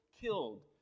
killed